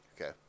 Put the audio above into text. Okay